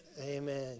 Amen